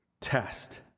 test